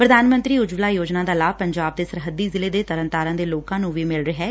ਪ੍ਰਧਾਨ ਮੰਤਰੀ ਊਜਵਲਾ ਯੋਜਨਾ ਦਾ ਲਾਭ ਪੰਜਾਬ ਦੇ ਸਰੱਹਦੀ ਜ਼ਿਲ੍ਹੇ ਤਰਨਤਾਰਨ ਦੇ ਲੋਕਾ ਨੂੰ ਮਿਲ ਰਿਹੈ